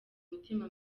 umutima